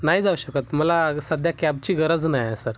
नाही जाऊ शकत मला सध्या क्याबची गरज नाही सर